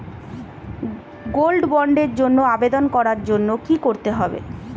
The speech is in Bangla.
গোল্ড বন্ডের জন্য আবেদন করার জন্য কি করতে হবে?